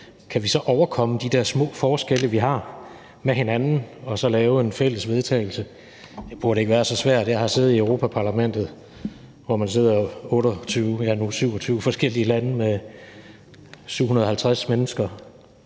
Kan vi så overkomme de der små forskelle, vi har med hinanden, og så lave et fælles forslag til vedtagelse? Det burde ikke være så svært. Jeg har siddet i Europa-Parlamentet, hvor man sidder 27 forskellige lande, 750 mennesker